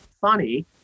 funny